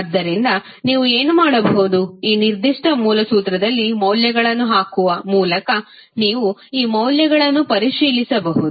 ಆದ್ದರಿಂದ ನೀವು ಏನು ಮಾಡಬಹುದು ಈ ನಿರ್ದಿಷ್ಟ ಮೂಲ ಸೂತ್ರದಲ್ಲಿ ಮೌಲ್ಯಗಳನ್ನು ಹಾಕುವ ಮೂಲಕ ನೀವು ಈ ಮೌಲ್ಯಗಳನ್ನು ಪರಿಶೀಲಿಸಬಹುದು